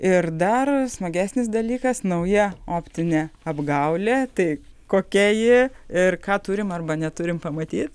ir dar smagesnis dalykas nauja optinė apgaulė tai kokia ji ir ką turim arba neturim pamatyt